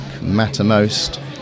Mattermost